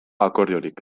akordiorik